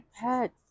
pets